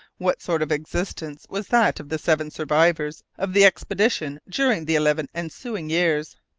what sort of existence was that of the seven survivors of the expedition during the eleven ensuing years?